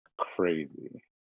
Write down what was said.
crazy